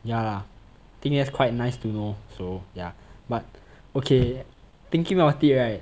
ya lah think that's quite nice to know so yeah but okay thinking about it right